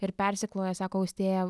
ir persikloja sako austėja